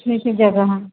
ठीक छै जायब अहाँ